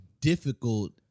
difficult